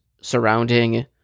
surrounding